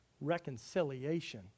Reconciliation